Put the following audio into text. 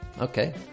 okay